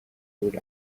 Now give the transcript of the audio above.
would